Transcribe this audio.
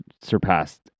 surpassed